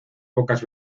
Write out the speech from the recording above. pocas